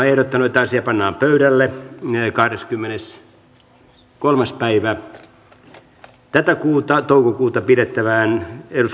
ehdottanut että asia pannaan pöydälle kahdeskymmeneskolmas viidettä kaksituhattaseitsemäntoista pidettävään